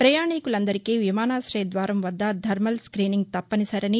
ప్రయాణికులందరికీ విమానాశయ ద్వారం వద్ద థర్మల్ స్టీనింగ్ తప్పనిసరనీ